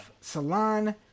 Salon